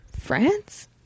France